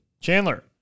Chandler